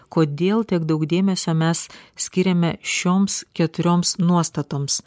kodėl tiek daug dėmesio mes skiriame šioms keturioms nuostatoms